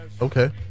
Okay